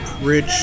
rich